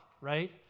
right